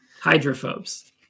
Hydrophobes